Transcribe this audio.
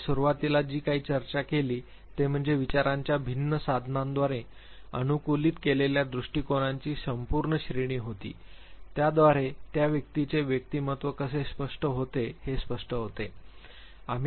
आम्ही सुरुवातीला जे काही चर्चा केली ते म्हणजे विचारांच्या भिन्न साधनांद्वारे अनुकूलित केलेल्या दृष्टिकोनाची संपूर्ण श्रेणी होती त्याद्वारे त्या व्यक्तीचे व्यक्तिमत्त्व कसे स्पष्ट होते ते स्पष्ट होते